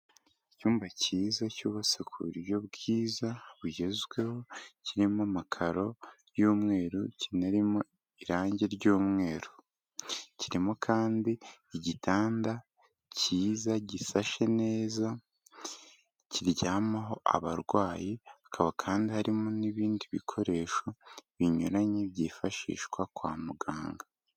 Icyumba cyiza cy'ubusukuriro bwiza bugezweho kirimo amakaro y'umweru, kinarimo irangi ry'umweru. Kirimo kandi igitanda cyiza gisashe neza kiryamaho abarwayi, hakaba kandi harimo n'ibindi bikoresho binyuranye byifashishwa kwa muganga.